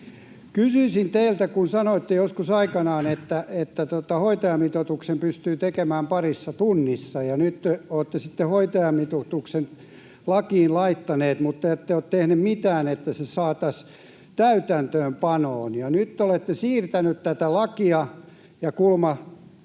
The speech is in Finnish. Kysyisin teiltä, kun sanoitte joskus aikanaan, että hoitajamitoituksen pystyy tekemään parissa tunnissa. Nyt olette sitten hoitajamitoituksen lakiin laittaneet, mutta ette ole tehneet mitään sen eteen, että se saataisiin täytäntöönpanoon, ja nyt te olette siirtäneet tätä lakia. Kuulemma